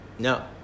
No